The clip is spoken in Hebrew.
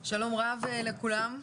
שלום לכולם,